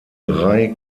drei